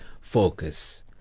focus